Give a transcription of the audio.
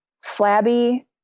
flabby